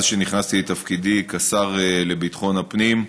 שנכנסתי לתפקידי כשר לביטחון הפנים,